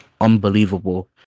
unbelievable